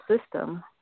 system